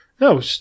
No